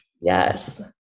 Yes